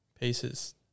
pieces